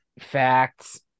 facts